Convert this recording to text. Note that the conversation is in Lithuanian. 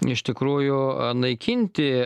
iš tikrųjų naikinti